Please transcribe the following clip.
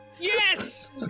Yes